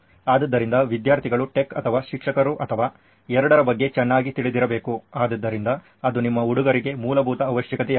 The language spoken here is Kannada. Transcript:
ಆದ್ದರಿಂದ ವಿದ್ಯಾರ್ಥಿಗಳು ಟೆಕ್ ಅಥವಾ ಶಿಕ್ಷಕರ ಅಥವಾ ಎರಡರ ಬಗ್ಗೆ ಚೆನ್ನಾಗಿ ತಿಳಿದಿರಬೇಕು ಆದ್ದರಿಂದ ಅದು ನಿಮ್ಮ ಹುಡುಗರಿಗೆ ಮೂಲಭೂತ ಅವಶ್ಯಕತೆಯಾಗಿದೆ